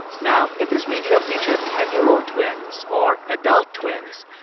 now, if this video featured ten year old twins or adult twins,